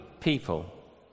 people